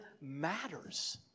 matters